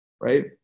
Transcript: right